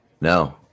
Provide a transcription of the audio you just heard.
No